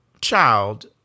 child